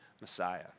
Messiah